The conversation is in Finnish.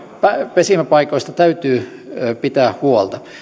pesimäpaikoista täytyy pitää huolta